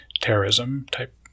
terrorism-type